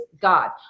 God